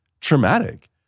traumatic